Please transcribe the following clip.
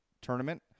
tournament